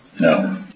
No